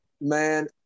Man